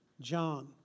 John